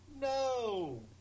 No